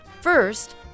First